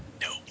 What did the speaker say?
No